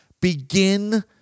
Begin